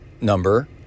number